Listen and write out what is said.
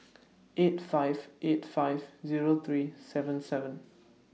eight five eight five Zero three seven seven